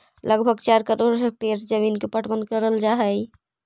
लगभग चार करोड़ हेक्टेयर जमींन के पटवन करल जा हई